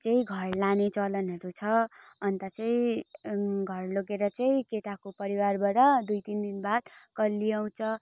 चाहिँ घर लाने चलनहरू छ अन्त चाहिँ घर लगेर चाहिँ केटाको परिवारबाट दुई तिन दिनबाद कलीया आउँछ